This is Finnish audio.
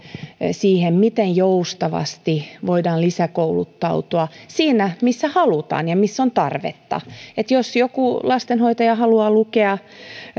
siihen miten joustavasti voidaan lisäkouluttautua siinä missä halutaan ja missä on tarvetta jos joku lastenhoitaja haluaa lukea